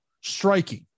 striking